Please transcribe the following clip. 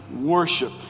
worship